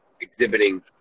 exhibiting